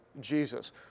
Jesus